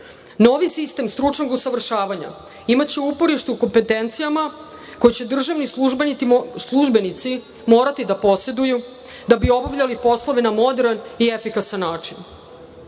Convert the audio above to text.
Novi sistem stručnog usavršavanja imaće uporište u kompetencijama koje će državni službenici morati da poseduju da bi obavljali poslove na moderan i efikasan